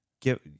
give